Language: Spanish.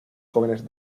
jóvenes